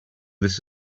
this